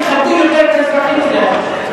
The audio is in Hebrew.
שיכבדו יותר את האזרחים שלהן.